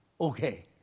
okay